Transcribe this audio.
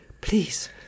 Please